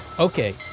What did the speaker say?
Okay